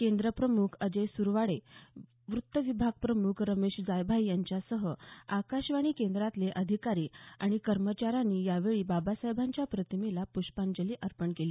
केंद्रप्रमुख अजय सुरवाडे वृत्तविभाग प्रमुख रमेश जायभाये यांच्यासह आकाशवाणी केंद्रातले अधिकारी आणि कर्मचाऱ्यांनी यावेळी बाबासाहेबांच्या प्रतिमेला पृष्पांजली अर्पण केली